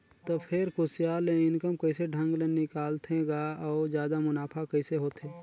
त फेर कुसियार ले इनकम कइसे ढंग ले निकालथे गा अउ जादा मुनाफा कइसे होथे